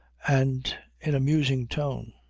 and in a musing tone.